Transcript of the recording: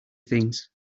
things